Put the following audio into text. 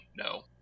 no